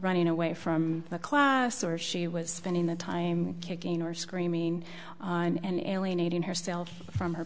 running away from the class or she was spending the time kicking or screaming and alienating herself from her